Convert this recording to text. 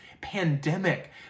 pandemic